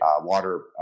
water